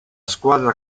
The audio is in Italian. squadra